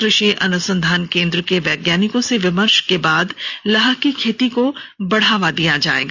कृषि अनुसंधान केन्द्र के वैज्ञानिकों से विमर्श कर लाह की खेती को बढ़ावा दिलाया जायेगा